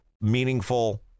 meaningful